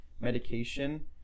medication